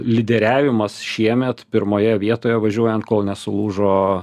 lyderiavimas šiemet pirmoje vietoje važiuojant kol nesulūžo